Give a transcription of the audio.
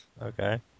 Okay